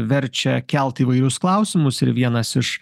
verčia kelt įvairius klausimus ir vienas iš